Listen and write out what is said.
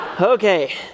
Okay